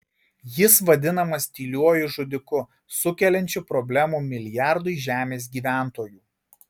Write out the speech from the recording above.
jis vadinamas tyliuoju žudiku sukeliančiu problemų milijardui žemės gyventojų